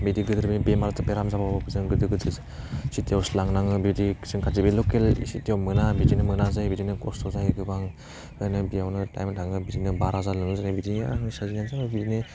बिदि गोदोर बेमार बेराम जाबाबो जों गोदोर गोदोर सिटियावसो लांनाङो बिदि जों बे खाथि लकेल सिटियाव मोना बिदिनो मोना जायो बिदिनो खस्थ जायो गोबां ओरैनो बेयावनो थाइमा थाङो बिदिनो बारा जालाङो जेरै बिदिनो आंनि फिसाजोनियाथ' आरो बिदिनो